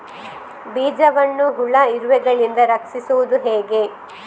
ಬೀಜವನ್ನು ಹುಳ, ಇರುವೆಗಳಿಂದ ರಕ್ಷಿಸುವುದು ಹೇಗೆ?